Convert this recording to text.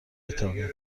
بتابیم